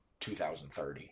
2030